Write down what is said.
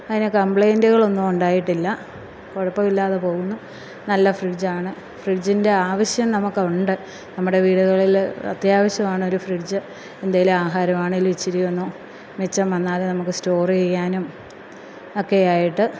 അതിന് കമ്ബ്ലെയ്ൻറ്റുകളൊന്നും ഉണ്ടായിട്ടില്ല കുഴപ്പവില്ലാതെ പോകുന്നു നല്ല ഫ്രിഡ്ജാണ് ഫ്രിഡ്ജിന്റെ ആവശ്യം നമുക്കൊണ്ട് നമ്മുടെ വീടുകളിൽ അത്യാവശ്യമാണൊരു ഫ്രിഡ്ജ് എന്തേലും ആഹാരവാണേലും ഇച്ചിരി ഒന്ന് മിച്ചം വന്നാൽ നമുക്ക് സ്റ്റോറ് ചെയ്യാനും ഒക്കെ ആയിട്ട്